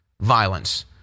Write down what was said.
violence